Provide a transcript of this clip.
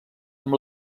amb